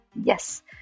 Yes